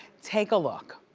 take a look.